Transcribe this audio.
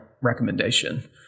recommendation